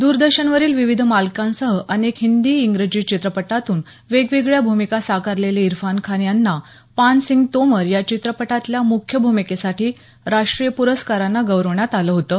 द्रदर्शनवरील विविध मालिकांसह अनेक हिंदी इंग्रजी चित्रपटांतून वेगवेगळ्या भूमिका साकारलेले इरफान खान यांना पानसिंग तोमर या चित्रपटातल्या मुख्य भूमिकेसाठी राष्ट्रीय पुरस्कारानं गौरवण्यात आलं होतं